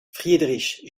friedrich